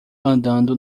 andando